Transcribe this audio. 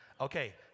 Okay